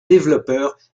développeur